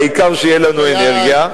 העיקר שתהיה לנו אנרגיה,